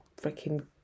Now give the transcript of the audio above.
freaking